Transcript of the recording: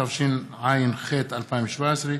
התשע"ח 2017,